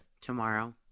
Tomorrow